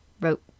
wrote